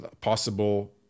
possible